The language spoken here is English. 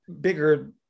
bigger-